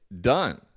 done